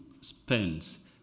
spends